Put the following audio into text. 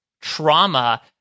trauma